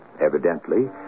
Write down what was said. Evidently